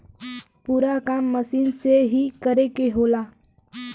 पूरा काम मसीन से ही करे के होला